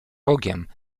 rogiem